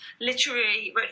literary